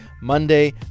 Monday